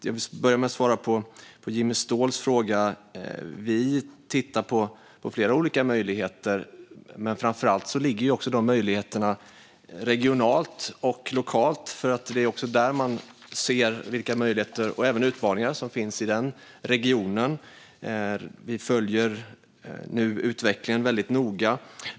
Jag ska börja med att svara på Jimmy Ståhls fråga. Vi tittar på flera olika möjligheter, men framför allt finns möjligheterna regionalt och lokalt. Det är där man ser vilka möjligheter, och även utmaningar, som finns i regionen. Vi följer nu utvecklingen väldigt noga.